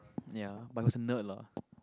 ya but he was a nerd lah